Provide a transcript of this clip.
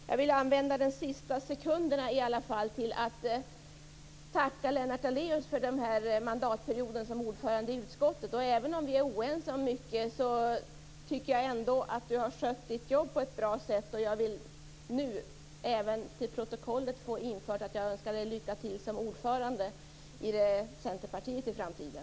Jag vill använda de sista sekunderna till att tacka Lennart Daléus för den mandatperiod som han har varit ordförande i utskottet. Även om vi är oense om mycket tycker jag att han har skött sitt jobb på ett bra sätt. Jag vill i protokollet få infört att jag önskar honom lycka till som ordförande i Centerpartiet i framtiden.